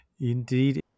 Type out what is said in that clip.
Indeed